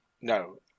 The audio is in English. No